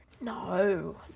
no